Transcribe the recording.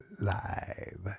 Live